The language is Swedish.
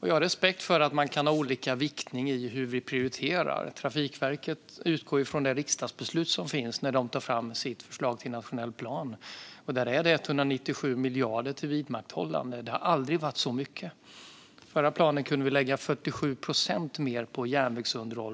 Jag har respekt för att man kan ha olika viktning av hur man prioriterar. Trafikverket utgår från det riksdagsbeslut som finns när de tar fram sitt förslag till nationell plan. Där finns 197 miljarder till vidmakthållande av infrastrukturen, och det har aldrig varit fråga om så mycket. I den förra planen kunde vi lägga 47 procent mer på järnvägsunderhåll.